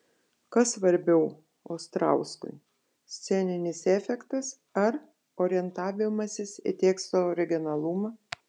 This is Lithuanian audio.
kas svarbiau ostrauskui sceninis efektas ar orientavimasis į teksto originalumą